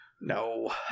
No